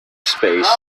space